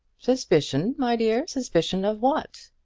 suspicion, my dear suspicion of what?